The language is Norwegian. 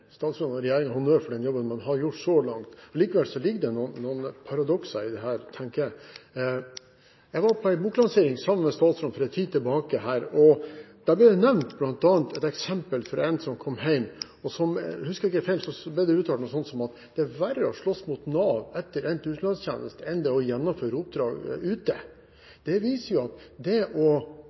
statsråden og regjeringen honnør for den jobben man har gjort så langt. Likevel ligger det noen paradokser i dette, tenker jeg. Jeg var på en boklansering sammen med statsråden for en tid siden. Der ble det bl.a. nevnt et eksempel om en som kom hjem, og husker jeg ikke feil, ble det uttalt noe sånt som at det er verre å slåss mot Nav etter endt utenlandstjeneste enn å gjennomføre oppdraget ute. Det viser at å gjøre en jobb ute ses på som overkommelig, men når man kommer tilbake og skal ha hjelp, det